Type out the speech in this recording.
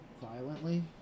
violently